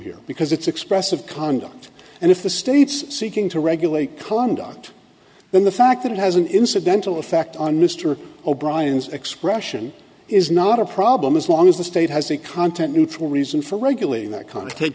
here because it's expressive conduct and if the state's seeking to regulate conduct then the fact that it has an incidental effect on mr o'brien's expression is not a problem as long as the state has a content neutral reason for regulating that kind of take